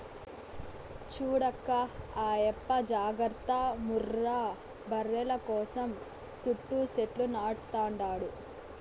చూడక్కా ఆయప్ప జాగర్త ముర్రా బర్రెల కోసం సుట్టూ సెట్లు నాటతండాడు